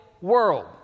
world